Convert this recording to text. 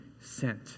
sent